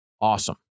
awesome